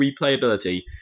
replayability